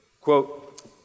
Quote